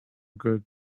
good